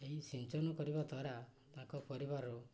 ଏହି ସିଞ୍ଚନ କରିବା ଦ୍ୱାରା ତାଙ୍କ ପରିବାର